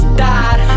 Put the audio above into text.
died